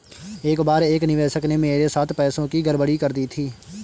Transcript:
एक बार एक निवेशक ने मेरे साथ पैसों की गड़बड़ी कर दी थी